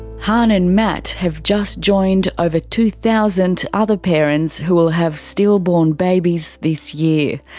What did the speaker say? hanh and matt have just joined over two thousand other parents who will have stillborn babies this year.